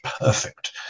perfect